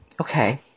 Okay